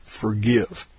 forgive